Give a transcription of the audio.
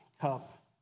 cup